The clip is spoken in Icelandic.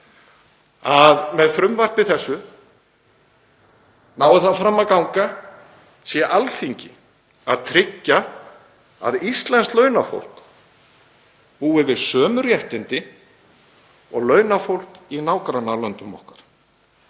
að með frumvarpi þessu, nái það fram að ganga, sé Alþingi að tryggja að íslenskt launafólk búi við sömu réttindi og launafólk í nágrannalöndum okkar.